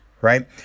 Right